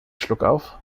schluckauf